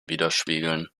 widerspiegeln